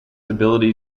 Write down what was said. ability